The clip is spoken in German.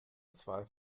zwei